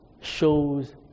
shows